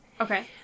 Okay